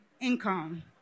income